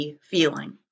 feeling